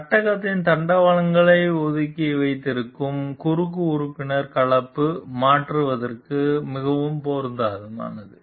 சட்டகத்தின் தண்டவாளங்களை ஒதுக்கி வைத்திருக்கும் குறுக்கு உறுப்பினர் கலப்பு மாற்றுவதற்கு மிகவும் பொருத்தமானது